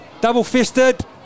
Double-fisted